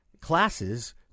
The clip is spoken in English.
classes